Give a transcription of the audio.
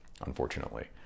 unfortunately